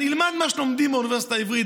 אני אלמד מה שלומדים באוניברסיטה העברית,